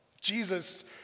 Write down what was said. Jesus